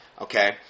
Okay